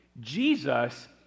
Jesus